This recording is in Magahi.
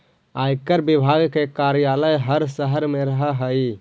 आयकर विभाग के कार्यालय हर शहर में रहऽ हई